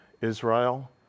Israel